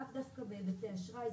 לווא דווקא בהיבטי אשראי,